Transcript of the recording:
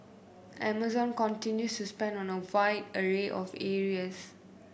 amazon continues to spend on a wide array of areas